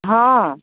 हाँ